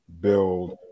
build